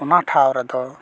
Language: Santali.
ᱚᱱᱟ ᱴᱷᱟᱶ ᱨᱮᱫᱚ